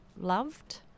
loved